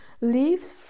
leaves